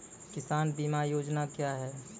किसान बीमा योजना क्या हैं?